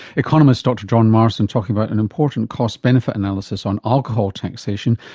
economist dr john marsden talking about an important cost benefit analysis on alcohol taxation,